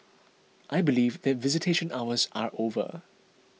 I believe that visitation hours are over